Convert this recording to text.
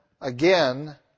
again